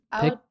pick